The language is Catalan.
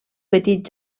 petit